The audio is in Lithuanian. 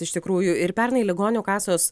iš tikrųjų ir pernai ligonių kasos